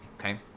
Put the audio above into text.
okay